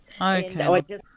Okay